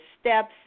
steps